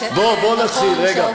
בואו נתחיל, רגע.